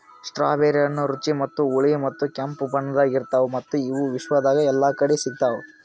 strawberry ಹಣ್ಣ ರುಚಿ ಮತ್ತ ಹುಳಿ ಮತ್ತ ಕೆಂಪು ಬಣ್ಣದಾಗ್ ಇರ್ತಾವ್ ಮತ್ತ ಇವು ವಿಶ್ವದಾಗ್ ಎಲ್ಲಾ ಕಡಿ ಸಿಗ್ತಾವ್